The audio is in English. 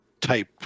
type